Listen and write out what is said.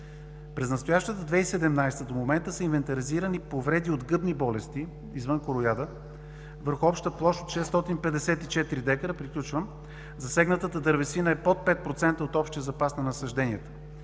През настоящата 2017 г. до момента се инвентаризирани повреди от гъбни болести, извън корояда, върху обща площ от 654 дка., засегнатата дървесина е под 5% от общия запас на насажденията,